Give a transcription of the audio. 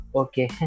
okay